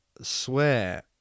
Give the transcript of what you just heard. swear